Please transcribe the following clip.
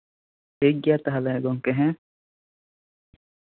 ᱴᱷᱤᱠ ᱜᱮᱭᱟ ᱛᱟᱦᱞᱮ ᱜᱚᱢᱠᱮ ᱦᱮᱸ